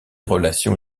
relations